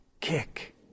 kick